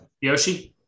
Yoshi